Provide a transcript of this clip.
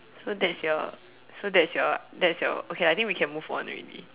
so that's your so that's your that's your okay I think we can move on already